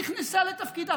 שמאז שנכנסה לתפקידה,